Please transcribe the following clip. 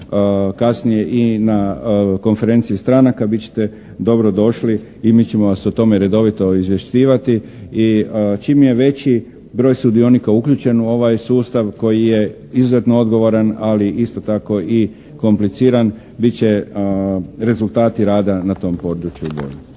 kasnije i na konferenciju stranaka bit ćete dobro došli i mi ćemo vas o tome redovito izvještivati i čim je veći broj sudionika uključen u ovaj sustav koji je izuzetno odgovoran, ali isto tako i kompliciran, bit će rezultati rada na tom području